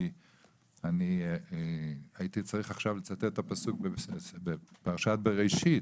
כי אני הייתי צריך עכשיו לצטט את הפסוק בפרשת בראשית,